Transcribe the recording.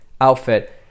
outfit